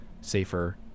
safer